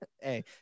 Hey